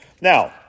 Now